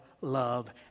love